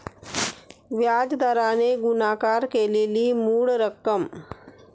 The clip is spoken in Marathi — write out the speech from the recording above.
व्याज दराने गुणाकार केलेली मूळ रक्कम